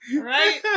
Right